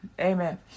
Amen